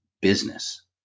business